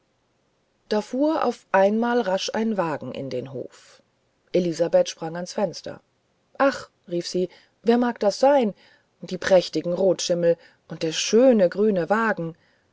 da fuhr auf einmal rasch ein wagen in den hof elisabeth sprang ans fenster ach rief sie wer mag das sein die prächtigen rotschimmel und der schöne grüne wagen